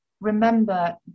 Remember